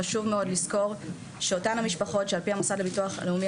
חשוב מאוד לזכור שאותם המשפחות שעל פי המוסד לביטוח לאומי,